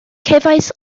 cefais